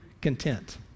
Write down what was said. content